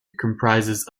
comprises